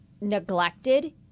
neglected